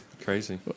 Crazy